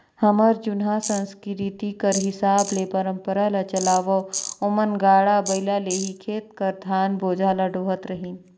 हमर जुनहा संसकिरती कर हिसाब ले परंपरा ल चलावत ओमन गाड़ा बइला ले ही खेत कर धान बोझा ल डोहत रहिन